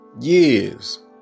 Years